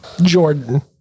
Jordan